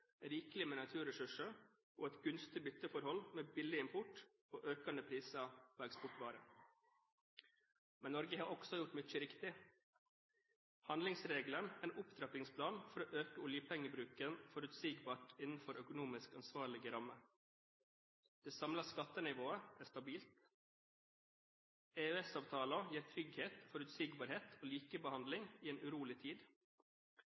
rikelig med naturressurser og et gunstig bytteforhold med billig import, og økende priser på eksportvarer. Men Norge har også gjort mye riktig. Handlingsregelen er en opptrappingsplan for å øke oljepengebruken forutsigbart innenfor økonomisk ansvarlige rammer. Det samlede skattenivået er stabilt. EØS-avtalen gir trygghet, forutsigbarhet og likebehandling i en urolig tid.